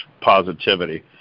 positivity